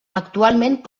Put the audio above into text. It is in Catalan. actualment